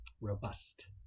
robust